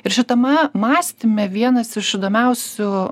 ir šitame mąstyme vienas iš įdomiausių